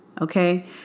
okay